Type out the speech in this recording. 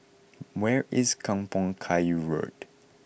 where is Kampong Kayu Road